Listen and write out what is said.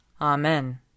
Amen